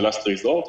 last resort .